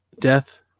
death